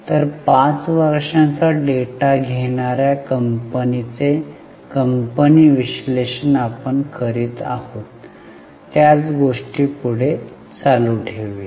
तर 5 वर्षांचा डेटा घेणार्या कंपनीचे कंपनी विश्लेषण आपण करीत आहोत त्याच गोष्टी पुढे चालू ठेवुया